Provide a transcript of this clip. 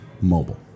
mobile